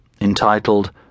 entitled